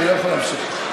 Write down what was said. אני לא יכול להמשיך ככה.